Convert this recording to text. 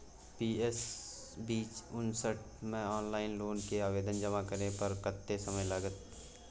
PS बीच उनसठ म ऑनलाइन लोन के आवेदन जमा करै पर कत्ते समय लगतै?